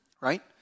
right